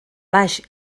baix